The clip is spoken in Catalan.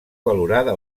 valorada